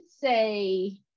say